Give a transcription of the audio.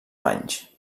banys